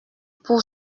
pour